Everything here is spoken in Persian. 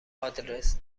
آدرس